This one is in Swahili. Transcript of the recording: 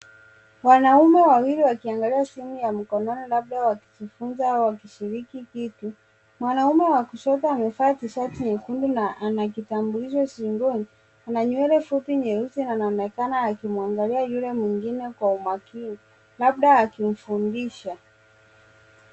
Wanaume wawili wakiangalia simu ya mkononi labda wakijifunza au wakishiriki kitu. Mwanaume wa kushoto amevaa tisheti nyekundu na ana kitambulisho shingoni. Ana nywele fupi nyeusi na anaonekana akimwangalia yule mwingine kwa umakini labda akimfundisha.